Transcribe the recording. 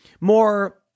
more